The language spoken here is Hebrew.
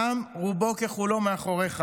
העם רובו ככולו מאחוריך.